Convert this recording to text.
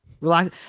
relax